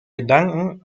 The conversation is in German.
gedanken